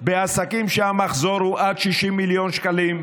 בעסקים שהמחזור הוא עד 60 מיליון שקלים,